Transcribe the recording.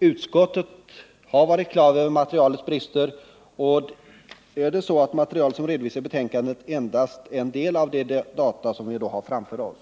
Utskottet har varit på det klara med materialets brister och vet att det material som redovisas i betänkandet endast är en del av de data vi har framför oss.